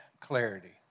clarity